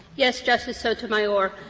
yes, justice sotomayor.